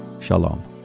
Shalom